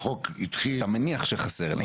אתה מניח שחסר לי.